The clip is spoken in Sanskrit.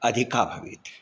अधिका भवेत्